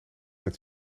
met